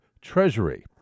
treasury